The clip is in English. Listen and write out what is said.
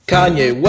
Kanye